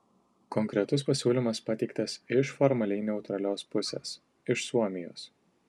konkretus pasiūlymas pateiktas iš formaliai neutralios pusės iš suomijos